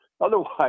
Otherwise